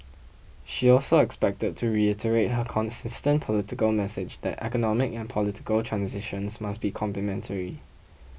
she is also expected to reiterate her consistent political message that economic and political transitions must be complementary